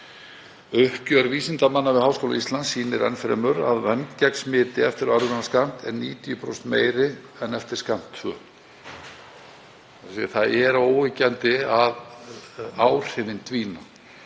Uppgjör vísindamanna við Háskóla Íslands sýnir enn fremur að vernd gegn smiti eftir örvunarskammt er 90% meiri en eftir skammt tvö. Það er óyggjandi að áhrifin dvína